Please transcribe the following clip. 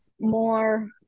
more